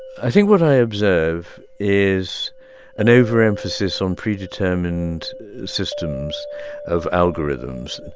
i think what i observe is an overemphasis on predetermined systems of algorithms.